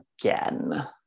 again